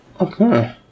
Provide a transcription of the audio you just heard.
Okay